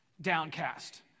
downcast